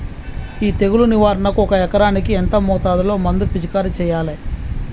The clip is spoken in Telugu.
ఈ తెగులు నివారణకు ఒక ఎకరానికి ఎంత మోతాదులో మందు పిచికారీ చెయ్యాలే?